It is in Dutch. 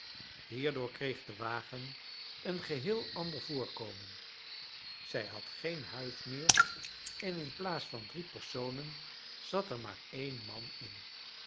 hierdoor kreeg de wagen een geheel ander voorkomen zij had geen huif meer en inplaats van drie personen zat er maar één man in